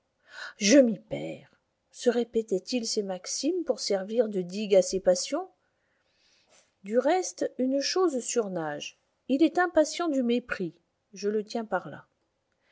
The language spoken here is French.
je m'y perds se répéterait il ces maximes pour servir de digue à ses passions du reste une chose surnage il est impatient du mépris je le tiens par là